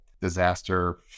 disaster